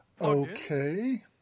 Okay